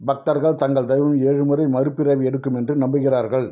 பக்தர்கள் தங்கள் தெய்வம் ஏழுமுறை மறுபிறவி எடுக்கும் என்று நம்புகிறார்கள்